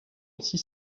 six